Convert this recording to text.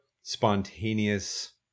spontaneous